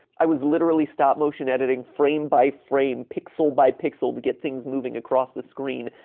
i was literally stop-motion editing frame by frame, pixel by pixel to get things moving across the screen,